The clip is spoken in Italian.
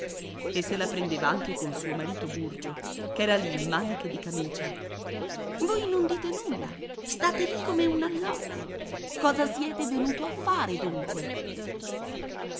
e se la prendeva anche con suo marito burgio ch'era lì in maniche di camicia voi non dite nulla state lì come un allocco cosa siete venuto a fare dunque